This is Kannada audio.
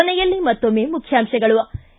ಕೊನೆಯಲ್ಲಿ ಮತ್ತೊಮ್ಮೆ ಮುಖ್ಯಾಂಶಗಳು ು